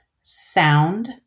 sound